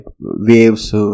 waves